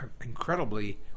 incredibly